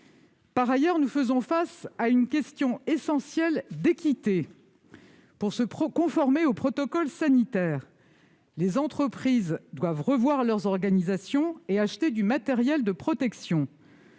Par ailleurs, nous faisons face à une question essentielle d'équité. Pour se conformer au protocole sanitaire, les entreprises doivent revoir leur organisation et acheter du matériel de protection.